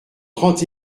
trente